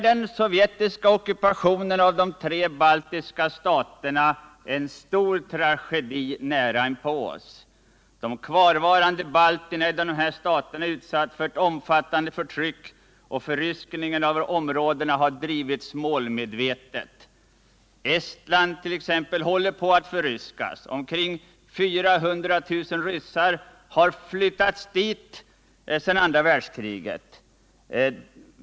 Den sovjetiska ockupationen av de tre baltiska staterna var en stor tragedi nära inpå oss. De kvarvarande balterna i dessa länder är utsatta för ett omfattande förtryck, och förryskningen av områdena har drivits målmedvetet. Exempelvis Estland håller på att förryskas. Omkring 400 000 ryssar har flyttats dit sedan andra världskriget.